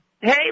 Hey